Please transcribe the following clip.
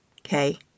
okay